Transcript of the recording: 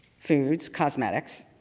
food cosmetics,